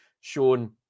shown